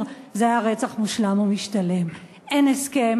זה היה רצח מושלם ומשתלם: אין הסכם,